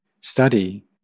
study